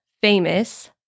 Famous